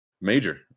major